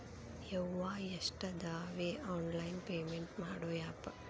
ಯವ್ವಾ ಎಷ್ಟಾದವೇ online payment ಮಾಡೋ ಆಪ್